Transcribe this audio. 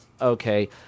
okay